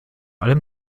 allem